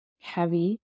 Heavy